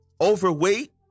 overweight